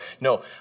No